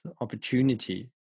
opportunity